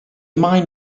mine